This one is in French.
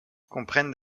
comprennent